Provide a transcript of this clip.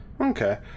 okay